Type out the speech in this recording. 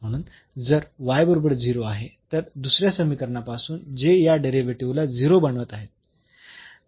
म्हणून जर बरोबर 0 आहे तर दुसऱ्या समीकरणापासून जे या डेरिव्हेटिव्हला 0 बनवत आहे